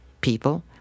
people